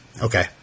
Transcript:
Okay